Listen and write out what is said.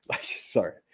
Sorry